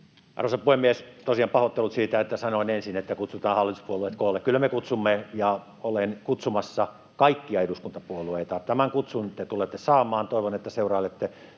Arvoisa puhemies! Tosiaan pahoittelut siitä, että sanoin ensin, että kutsutaan hallituspuolueet koolle — kyllä me kutsumme, ja olen kutsumassa, kaikkia eduskuntapuolueita. Tämän kutsun te tulette saamaan. Toivon, että seurailette